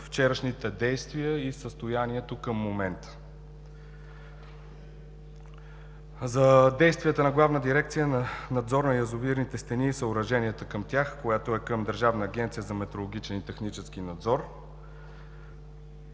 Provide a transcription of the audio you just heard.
вчерашните действия и състоянието към момента; за действията на Главна дирекция „Надзор на язовирните стени и съоръженията към тях“ към Държавна агенция за метрологичен и технически надзор.